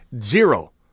Zero